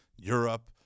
Europe